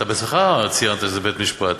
אתה בעצמך ציינת שזה בית-משפט,